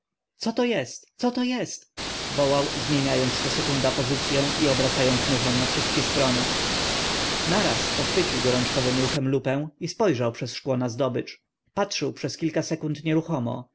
to jest co to jest wołał zmieniając co sekunda pozycyę i obracając muchę na wszystkie strony naraz pochwycił gorączkowym ruchem lupę i spojrzał przez szkło na zdobycz patrzył przez kilka sekund nieruchomo